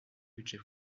budget